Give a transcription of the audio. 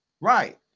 right